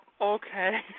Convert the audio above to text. Okay